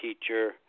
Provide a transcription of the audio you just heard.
teacher